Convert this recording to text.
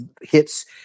hits